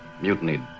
Mutiny